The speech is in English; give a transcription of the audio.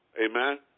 Amen